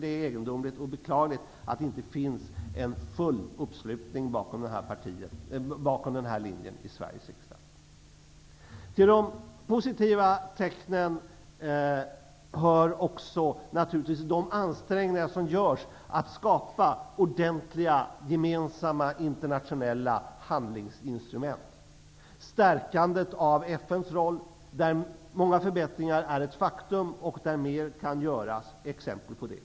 Det är egendomligt och beklagligt att det inte finns en full uppslutning bakom denna linje i Sveriges riksdag. Till de positiva tecknen hör naturligtvis också de ansträngningar som görs att skapa ordentliga internationella handlingsinstrument. Stärkandet av FN:s roll, där många förbättringar är ett faktum och där mer kan göras, är ett exempel på det.